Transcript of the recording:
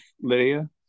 Lydia